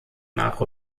nach